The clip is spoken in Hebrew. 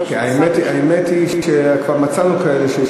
האמת היא שכבר מצאנו כאלה,